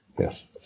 Yes